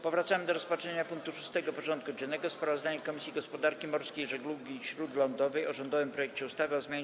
Powracamy do rozpatrzenia punktu 6. porządku dziennego: Sprawozdanie Komisji Gospodarki Morskiej i Żeglugi Śródlądowej o rządowym projekcie ustawy o zmianie